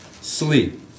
sleep